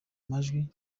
majwi